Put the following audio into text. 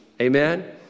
Amen